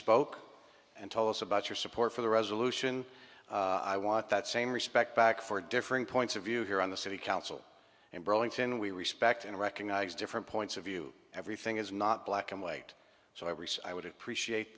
spoke and told us about your support for the resolution i want that same respect back for differing points of view here on the city council in burlington we respect and recognize different points of view everything is not black and white so i would appreciate